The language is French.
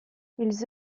ils